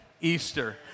Easter